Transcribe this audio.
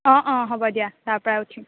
অঁ অঁ হ'ব দিয়া তাৰ পৰাই উঠিম